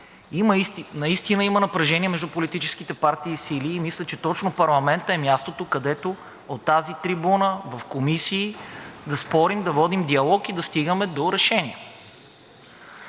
Наистина има напрежение между политическите партии и сили и мисля, че точно парламентът е мястото, където от тази трибуна, в комисии да спорим, да водим диалог и да стигаме до решения.